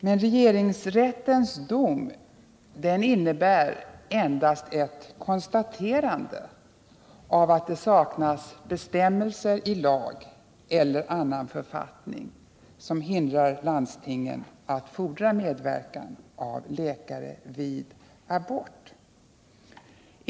Men regeringsrättens dom innebär endast ett konstaterande av att det saknas bestämmelser i lag eller annan författning som hindrar 57 landstingen att fordra medverkan av läkare vid abort.